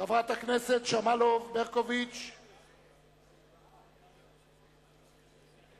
חברת הכנסת יוליה שמאלוב-ברקוביץ לעלות לדוכן.